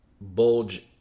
bulge